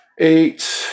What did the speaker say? Eight